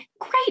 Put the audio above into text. great